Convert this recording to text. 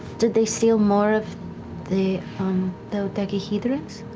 did they steal more of the dodecahedrons?